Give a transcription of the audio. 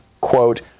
quote